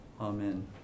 Amen